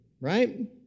right